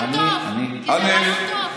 המשק ייפתח,